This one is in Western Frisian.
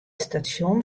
stasjon